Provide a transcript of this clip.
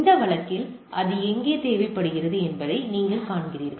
இந்த வழக்கில் அது எங்கே தேவைப்படுகிறது என்பதை இப்போது நீங்கள் காண்கிறீர்கள்